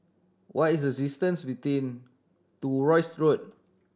what is the distance between to Rosyth Road